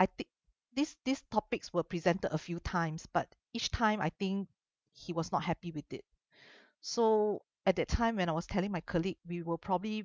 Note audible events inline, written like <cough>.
I thi~ this this topics were presented a few times but each time I think he was not happy with it <breath> so at that time when I was telling my colleague we were probably